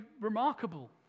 remarkable